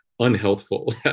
unhealthful